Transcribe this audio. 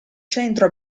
centro